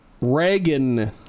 Reagan